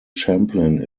champlin